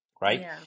right